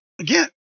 again